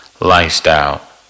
lifestyle